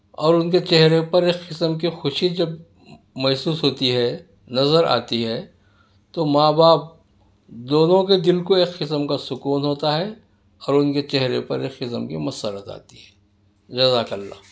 اور ان کے چہرے پر ایک قسم کی خوشی جب محسوس ہوتی ہے نظر آتی ہے تو ماں باپ دونوں کہ جن کو ایک قسم کا سکون ہوتا ہے اور ان کے چہرے پر ایک قسم کی مسرت آتی ہے جزاک اللہ